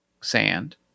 sand